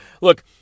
Look